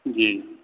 جی